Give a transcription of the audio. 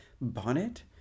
bonnet